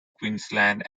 queensland